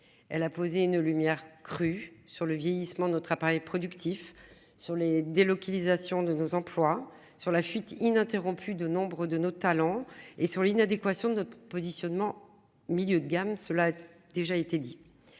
Elle a posé une lumière crue sur le vieillissement de notre appareil productif sur les délocalisations de nos emplois sur la chute ininterrompue de nombreux de nos talents et sur l'inadéquation de notre positionnement milieu de gamme. Cela a déjà été dit.